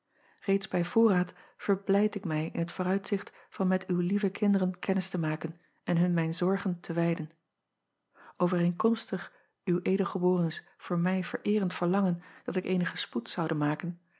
eeds bij voorraad verblijd ik mij in t vooruitzicht van met uw lieve kinderen kennis te maken en hun mijn zorgen te wijden vereenkomstig w d ebs voor mij vereerend verlangen dat ik eenigen spoed zoude maken